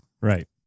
Right